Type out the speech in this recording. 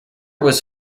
was